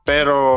Pero